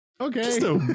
okay